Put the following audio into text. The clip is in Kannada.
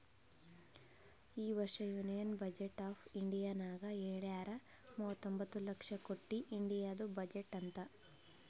ಈ ವರ್ಷ ಯೂನಿಯನ್ ಬಜೆಟ್ ಆಫ್ ಇಂಡಿಯಾನಾಗ್ ಹೆಳ್ಯಾರ್ ಮೂವತೊಂಬತ್ತ ಲಕ್ಷ ಕೊಟ್ಟಿ ಇಂಡಿಯಾದು ಬಜೆಟ್ ಅಂತ್